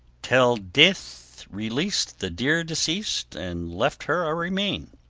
till deth released the dear deceased and left her a remain.